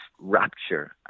rapture